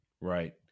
right